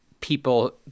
people